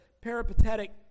peripatetic